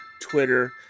Twitter